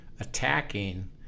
attacking